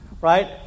Right